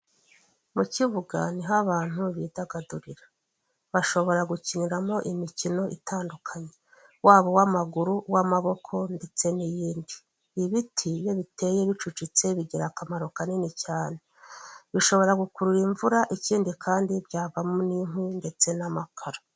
Mu kibuga ni ho abantu bidagadurira, bashobora gukiniramo imikino itandukanye, waba uw'amaguru, uw'amaboko ndetse n'iyindi, ibiti iyo biteye bicucitse bigira akamaro kanini cyane, bishobora gukurura imvura, ikindi kandi byavamo n'inkwi ndetse n'amakara.